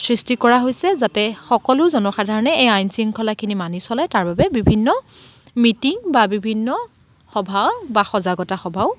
সৃষ্টি কৰা হৈছে যাতে সকলো জনসাধাৰণে এই আইন শৃংখলাখিনি মানি চলে তাৰ বাবে বিভিন্ন মিটিং বা বিভিন্ন সভা বা সজাগতা সভাও